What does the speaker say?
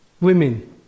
women